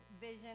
vision